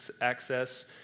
access